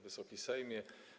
Wysoki Sejmie!